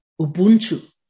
Ubuntu